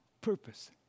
Purpose